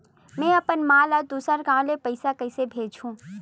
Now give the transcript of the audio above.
में अपन मा ला दुसर गांव से पईसा कइसे भेजहु?